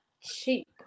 cheap